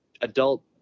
adult